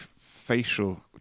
facial